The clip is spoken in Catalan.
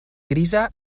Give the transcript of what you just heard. grisa